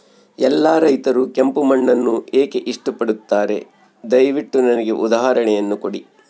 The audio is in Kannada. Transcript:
ಎಲ್ಲಾ ರೈತರು ಕೆಂಪು ಮಣ್ಣನ್ನು ಏಕೆ ಇಷ್ಟಪಡುತ್ತಾರೆ ದಯವಿಟ್ಟು ನನಗೆ ಉದಾಹರಣೆಯನ್ನ ಕೊಡಿ?